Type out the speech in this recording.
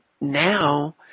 now